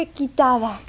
quitada